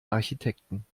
architekten